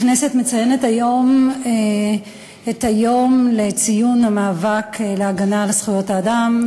הכנסת מציינת היום את יום המאבק להגנה על זכויות האדם,